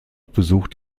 besucht